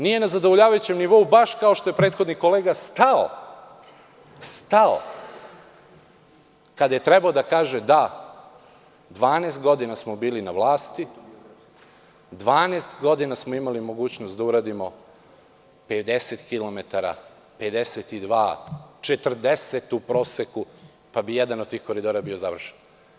Nije na zadovoljavajućem nivou baš kao što je prethodni kolega stao, kad je trebao da kaže da 12 godina smo bili na vlasti, 12 godina smo imali mogućnost da uradimo 50 kilometara, 52, 40 u proseku, pa bi jedan od tih koridora bio završen.